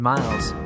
Miles